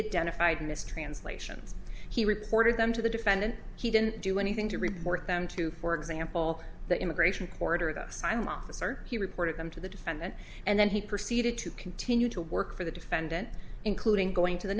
had done a five mistranslations he reported them to the defendant he didn't do anything to report them to for example the immigration court or the sinaloa he reported them to the defendant and then he proceeded to continue to work for the defendant including going to the